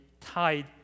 tied